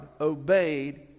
obeyed